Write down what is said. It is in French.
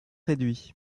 réduits